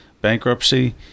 bankruptcy